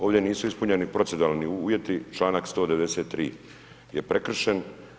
Ovdje nisu ispunjeni proceduralni uvjeti, čl. 193. je prekršen.